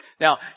Now